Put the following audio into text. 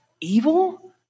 Evil